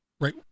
right